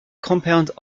compound